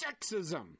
sexism